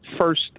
first